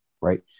right